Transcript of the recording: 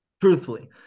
truthfully